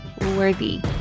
worthy